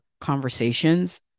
conversations